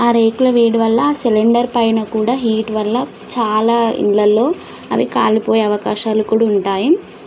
ఆ రేకుల వేడి వల్ల ఆ సిలిండర్ పైన కూడా హీట్ వల్ల చాలా ఇళ్ళల్లో అవి కాలిపోయే అవకాశాలు కూడా ఉంటాయి